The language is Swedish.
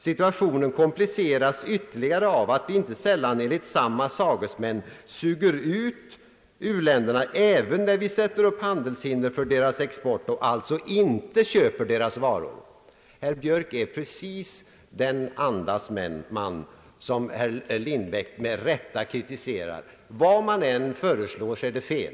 Situationen kompliceras ytterligare av att vi inte sällan, enligt samma sagesmän, suger ut u-länderna även när vi sätter upp handelshinder för deras export och alltså inte köper deras varor.» Herr Björk är precis den andas man som Assar Lindbeck med rätta kritiserar. Vad man än föreslår så är det fel.